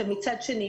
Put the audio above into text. מצד שני,